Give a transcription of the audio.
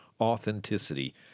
Authenticity